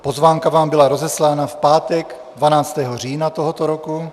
Pozvánka vám byla rozeslána v pátek 12. října tohoto roku.